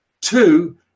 Two